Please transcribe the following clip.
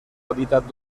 hábitat